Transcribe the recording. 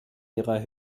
ihrer